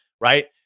right